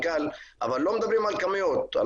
אבל לא מדברים על כמויות,